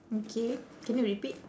okay can you repeat